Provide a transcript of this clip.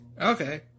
Okay